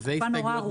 זו תקופה מאוד ארוכה.